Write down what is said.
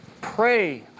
Pray